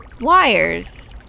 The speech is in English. wires